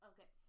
Okay